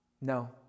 no